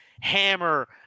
hammer